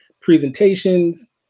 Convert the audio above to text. presentations